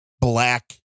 black